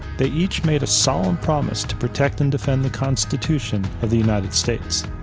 they each made a solemn promise to protect and defend the constitution of the united states.